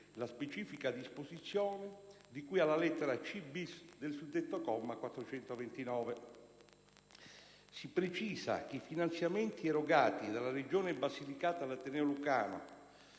la specifica disposizione di cui alla lettera c*-bis)* del suddetto comma 429. Si precisa che i finanziamenti erogati dalla Regione Basilicata all'ateneo lucano,